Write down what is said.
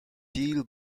deal